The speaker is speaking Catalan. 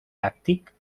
tàctic